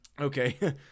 Okay